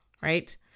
right